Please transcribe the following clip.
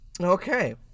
Okay